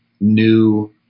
new